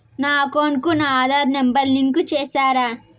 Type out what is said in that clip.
నా అకౌంట్ కు నా ఆధార్ నెంబర్ లింకు చేసారా